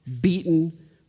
beaten